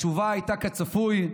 התשובה הייתה כצפוי: